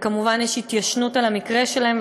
וכמובן יש התיישנות על המקרה שלהן,